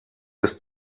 des